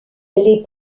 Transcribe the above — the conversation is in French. les